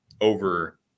over